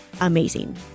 amazing